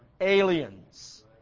aliens